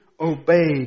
obey